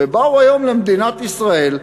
ובאו היום למדינת ישראל,